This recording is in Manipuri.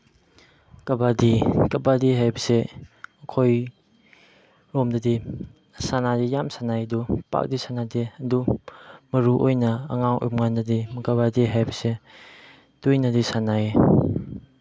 ꯀꯕꯥꯗꯤ ꯀꯕꯥꯗꯤ ꯍꯥꯏꯕꯁꯦ ꯑꯩꯈꯣꯏ ꯔꯣꯝꯗꯗꯤ ꯁꯥꯟꯅꯗꯤ ꯌꯥꯝ ꯁꯥꯟꯅꯩ ꯑꯗꯨ ꯄꯥꯛꯇꯤ ꯁꯥꯟꯅꯗꯦ ꯑꯗꯨ ꯃꯔꯨꯑꯣꯏꯅ ꯑꯉꯥꯡ ꯑꯣꯏꯕꯀꯥꯟꯗꯗꯤ ꯀꯕꯥꯗꯤ ꯍꯥꯏꯕꯁꯦ ꯇꯣꯏꯅꯗꯤ ꯁꯥꯟꯅꯩ